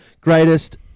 greatest